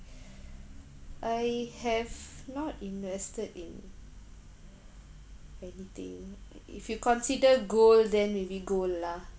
I have not invested in anything if you consider gold then maybe gold lah